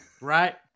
Right